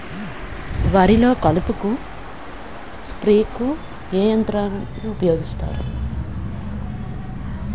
వరిలో కలుపు స్ప్రేకు ఏ యంత్రాన్ని ఊపాయోగిస్తారు?